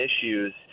issues